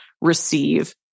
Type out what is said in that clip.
receive